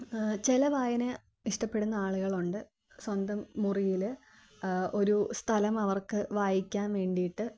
ചില വായന ഇഷ്ടപ്പെടുന്ന ആലുകളുണ്ട് സ്വന്തം മുറിയിൽ ഒരു സ്ഥലം അവർക്കു വായിക്കാൻ വേണ്ടിയിട്ട്